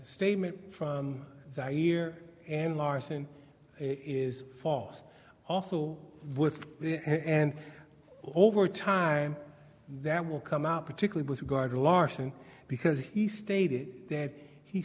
statement from the ear and larsen is false also with and over time that will come out particularly with regard larsen because he stated that he